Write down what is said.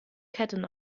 ketten